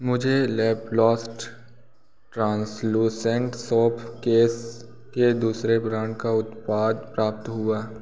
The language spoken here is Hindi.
मुझे लैपलास्ट ट्रांसलूसेंट सोप केस के दूसरे ब्रांड का उत्पाद प्राप्त हुआ